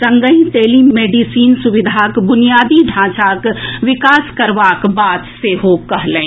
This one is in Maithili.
संगहि टेलिमेडिसन सुविधाक बुनियादी ढांचाक विकास करबाक बात सेहो कहलनि